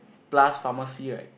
plus pharmacy right